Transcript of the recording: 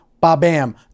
ba-bam